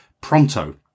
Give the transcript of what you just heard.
pronto